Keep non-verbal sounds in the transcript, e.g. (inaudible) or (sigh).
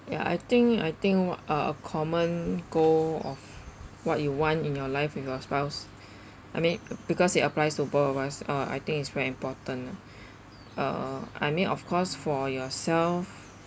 ya I think I think what ah a common goal of what you want in your life with your spouse (breath) I mean because it applies to both of us ah I think it's very important ah uh I mean of course for yourself